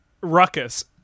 ruckus